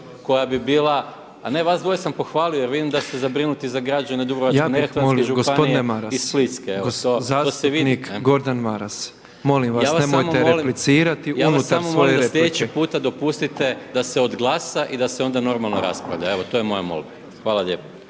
koja bi bila, a ne vas dvoje sam pohvalio jer vidim da ste zabrinuti za građane Dubrovačko-neretvanske županije i Split. **Petrov, Božo (MOST)** Ja bih molio, gospodine Maras, zastupnik Gordan Maras, molim vas, nemojte replicirati unutar svoje replike. **Maras, Gordan (SDP)** Ja vas samo molim da sljedeći puta dopustite da se odglasa i da se onda normalno raspravlja. Evo to je moja molba. Hvala lijepa.